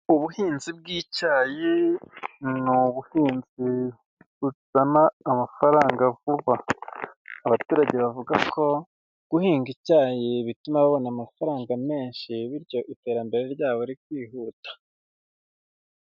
Ubuhinzi bw'icyayi ni ubuhinzi buzana amafaranga vuba. Abaturage bavuga ko guhinga icyayi bituma babona amafaranga menshi bityo iterambere ryabo rikihuta.